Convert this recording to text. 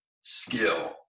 skill